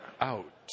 out